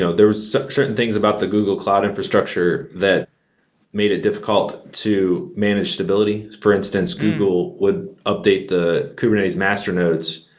so there were certain things about the google cloud infrastructure that made it difficult to manage stability. for instance, google would update the kubernetes master nodes,